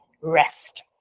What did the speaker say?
rest